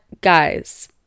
guys